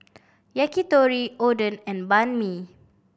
Yakitori Oden and Banh Mi